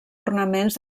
ornaments